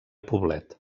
poblet